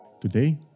Today